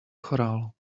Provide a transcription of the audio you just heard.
choral